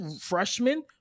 freshman